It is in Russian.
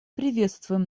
приветствуем